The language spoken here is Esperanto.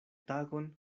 tagon